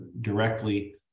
directly